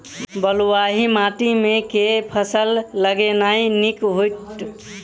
बलुआही माटि मे केँ फसल लगेनाइ नीक होइत?